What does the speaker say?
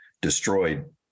destroyed